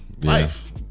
Life